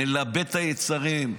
מלבה את היצרים.